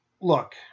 Look